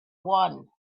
one